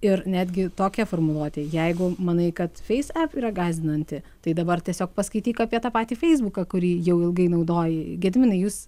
ir netgi tokia formuluotė jeigu manai kad feis ep yra gąsdinanti tai dabar tiesiog paskaityk apie tą patį feisbuką kurį jau ilgai naudoji gediminai jūs